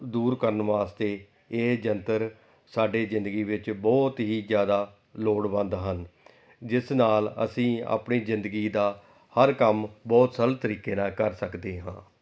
ਦੂਰ ਕਰਨ ਵਾਸਤੇ ਇਹ ਯੰਤਰ ਸਾਡੇ ਜ਼ਿੰਦਗੀ ਵਿੱਚ ਬਹੁਤ ਹੀ ਜ਼ਿਆਦਾ ਲੋੜਵੰਦ ਹਨ ਜਿਸ ਨਾਲ ਅਸੀਂ ਆਪਣੀ ਜ਼ਿੰਦਗੀ ਦਾ ਹਰ ਕੰਮ ਬਹੁਤ ਸਰਲ ਤਰੀਕੇ ਨਾਲ ਕਰ ਸਕਦੇ ਹਾਂ